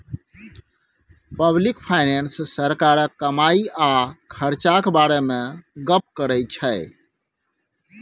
public finance सरकारक कमाई आ खरचाक बारे मे गप्प करै छै